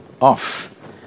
off